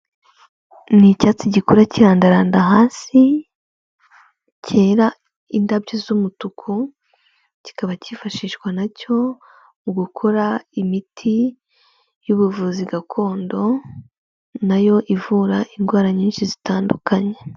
Ni icyatsi gikura kirandaranda hasi cyera indabyo z'umutuku, kikaba cyifashishwa na cyo mu gukora imiti y'ubuvuzi gakondo na yo ivura indwara nyinshi zitandukanye.